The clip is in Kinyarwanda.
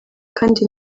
kandi